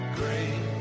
great